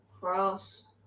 Cross